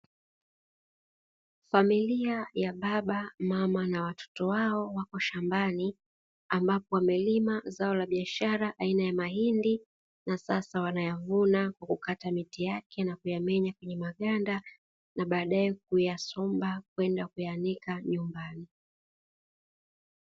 Familia ya baba, mama na watoto wao wako shambani; ambapo wamelima zao la biashara aina ya mahindi na sasa wanayavuna kwa kukata miti yake na kuyamenya kwenye maganda na baadaye kuyasomba kwenda kuyaanika nyumbani.